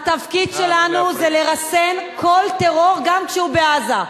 והתפקיד שלנו זה לרסן כל טרור, גם כשהוא בעזה.